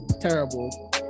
terrible